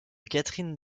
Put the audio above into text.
catherine